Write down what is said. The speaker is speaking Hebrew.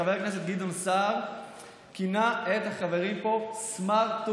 חבר הכנסת גדעון סער כינה את החברים פה "סמר-טו-טים".